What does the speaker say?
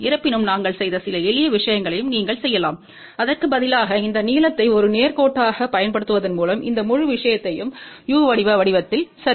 இருப்பினும் நாங்கள் செய்த சில எளிய விஷயங்களையும் நீங்கள் செய்யலாம் அதற்கு பதிலாக இந்த நீளத்தை ஒரு நேர் கோட்டாகப் பயன்படுத்துவதன் மூலம் இந்த முழு விஷயத்தையும் u வடிவ வடிவத்தில் சரி